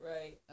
right